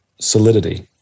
solidity